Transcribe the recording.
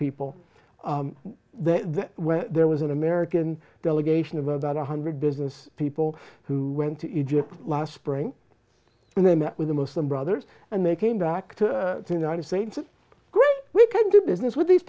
people when there was an american delegation of about one hundred business people who went to egypt last spring and they met with the muslim brothers and they came back to the united states is we can do business with these